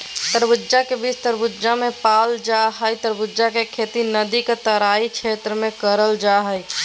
तरबूज के बीज तरबूज मे पाल जा हई तरबूज के खेती नदी के तराई क्षेत्र में करल जा हई